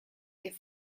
que